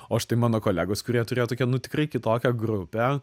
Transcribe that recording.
o štai mano kolegos kurie turėjo tokią nu tikrai kitokią grupę